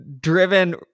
driven